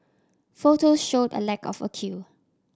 photos showed a lack of a queue